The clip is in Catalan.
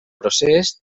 procés